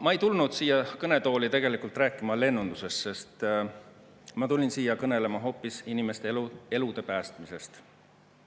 ma ei tulnud siia kõnetooli rääkima lennundusest, ma tulin siia kõnelema hoopis inimeste elude päästmisest.